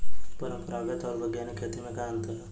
परंपरागत आऊर वैज्ञानिक खेती में का अंतर ह?